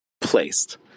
placed